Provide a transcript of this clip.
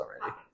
already